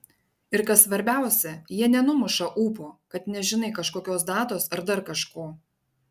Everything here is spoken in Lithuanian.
ir kas svarbiausia jie nenumuša ūpo kad nežinai kažkokios datos ar dar kažko